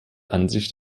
ansicht